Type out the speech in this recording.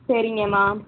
சரிங்கமா